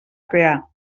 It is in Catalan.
crear